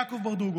יעקב ברדוגו,